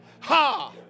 Ha